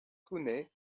kune